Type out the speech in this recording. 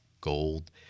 gold